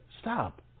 Stop